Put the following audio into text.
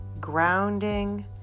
grounding